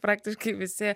praktiškai visi